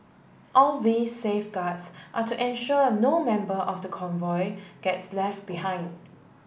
all these safeguards are to ensure no member of the convoy gets left behind